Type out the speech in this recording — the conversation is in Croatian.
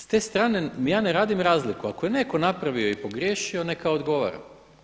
S te strane ja ne radim razliku, ako ne neko napravio i pogriješio neka odgovora.